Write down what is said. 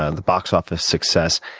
ah and the box office success,